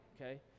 okay